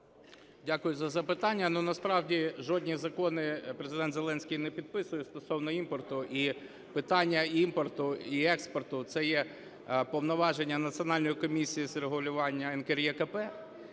Дякую за запитання. Насправді жодні закони Президент Зеленський не підписує стосовно імпорту. І питання імпорту і експорту – це є повноваження Національної комісії з регулювання (НКРЕКП).